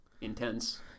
intense